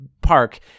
park